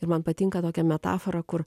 ir man patinka tokia metafora kur